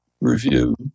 review